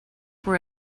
were